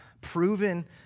proven